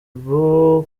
boo